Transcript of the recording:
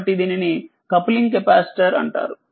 కాబట్టి దీనిని coupling capacitor అంటారు